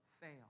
fail